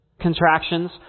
Contractions